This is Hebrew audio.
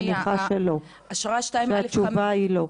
אני מניחה שלא, התשובה היא לא.